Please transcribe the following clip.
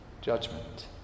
judgment